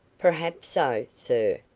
perhaps so, sir,